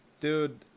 Dude